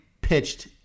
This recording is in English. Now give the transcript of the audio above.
Pitched